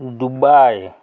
Dubai